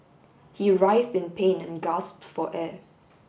he writhed in pain and gasped for air